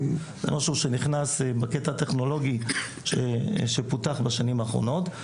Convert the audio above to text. זה משהו שנכנס בקטע הטכנולוגי שפותח בשנים האחרונות.